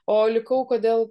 o likau kodėl